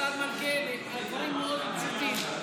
השר מלכיאלי, הדברים מאוד פשוטים.